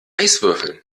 eiswürfeln